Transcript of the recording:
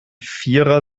vierer